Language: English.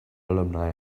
alumni